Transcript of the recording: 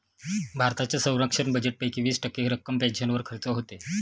भारताच्या संरक्षण बजेटपैकी वीस टक्के रक्कम पेन्शनवर खर्च होते